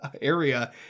area